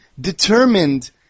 determined